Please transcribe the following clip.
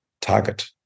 target